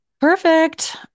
Perfect